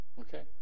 Okay